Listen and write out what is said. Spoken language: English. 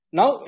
Now